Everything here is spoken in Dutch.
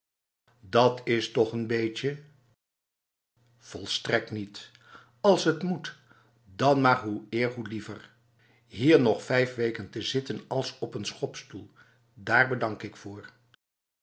dat is toch n beetjeb volstrekt niet als het moet dan maar hoe eer hoe liever hier nog vijf weken te zitten als op een schopstoel daar bedank ik voorf